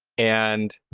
and